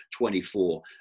24